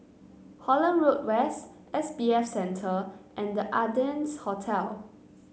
Holland Road West S B F Center and The Ardennes Hotel